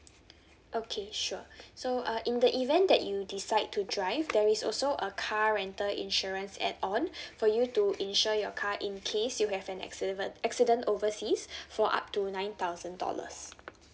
okay sure so uh in the event that you decide to drive there is also a car rental insurance add on for you to insure your car in case you have an accident accident overseas for up to nine thousand dollars